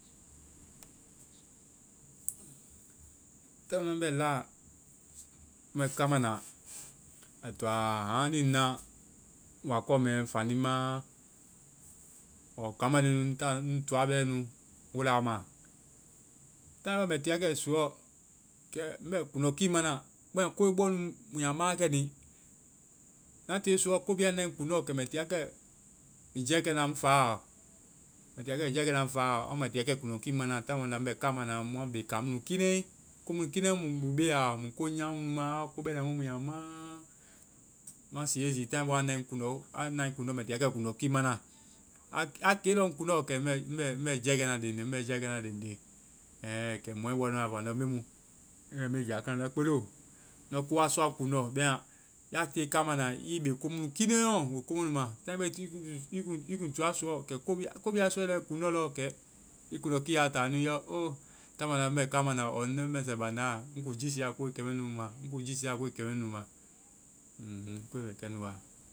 Taai mu ŋ bɛ laa, ŋ bɛ kama na ai toa haaŋli ŋ na wakɔ mbɛ, fanimaa.ɔɔ kaŋ mande, n táa nu. Ŋ toa bɛ nu wolama. taai bɔ mɛ tii wakɛ suɔ. Kɛ ŋ bɛ kuŋdɔkii mana koe bɔ nu mui ya mawa kɛ ni, na tiie suɔ, ko bi a nae ŋ kuŋndɔ, kɛ mɛ ti wa kɛ jɛkɛna ŋ faaɔ. Mɛ ti wa kɛ jɛkɛna ŋ fáaɔ. Mɛ ti wa kɛkuŋdɔkii mana taai mu banda ŋ bɛ kaama na. Mua bebe kaŋ mɛ n kiinɛi. Ko mu kiinɛi mu be ya ɔ. Ko nyamaa mu nu ma, ko bɛna mu mua ma. N siie zi taaiɛ bɔ a nae ŋ kuŋndɔ mbɛ ti wakɛ kuŋdɔkii mana. A-a ke lɔɔ ŋ kuŋdɔkii kɛ ŋ bɛ-ŋ bɛ jɛkɛna lenlen, ŋ bɛ jɛkɛna lenlen, ŋ bɛ jɛkɛna lenlen. Ɛ. Kɛ mɔɛ bɔ anda fɔ andɔ me mu? I bɛ me jɛ wa kɛ na? Ndɔ kpele o. Ko wa sɔa ŋ kuŋdɔ. Bɛm a tiie kamana, i be komunu kiinɛiɔ. Woi komunu ma taaiɛ bɔ, i kuŋ-i kuŋ toa susɔ i kuŋndɔ lɔɔ kɛ i kundɔkiiɛ a taa nu. I yɔ o, taai mu banda ŋ bɛ kaama na. ɔɔ ŋ lenmɛsɛ bandaa. I kuŋ jiisiia koe kɛmɛ nuo ma. I kuŋ jiisiia koe kɛmɛ nu nu ma